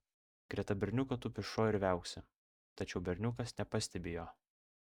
greta berniuko tupi šuo ir viauksi tačiau berniukas nepastebi jo